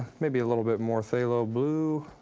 maybe a little bit more phthalo blue